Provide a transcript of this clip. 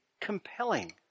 compelling